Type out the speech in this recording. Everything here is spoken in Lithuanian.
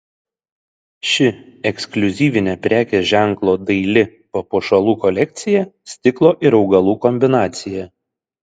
ši ekskliuzyvinė prekės ženklo daili papuošalų kolekcija stiklo ir augalų kombinacija